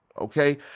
okay